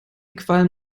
qualm